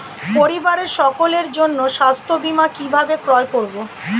পরিবারের সকলের জন্য স্বাস্থ্য বীমা কিভাবে ক্রয় করব?